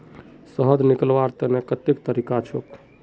शहद निकलव्वार तने कत्ते तरीका छेक?